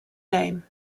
name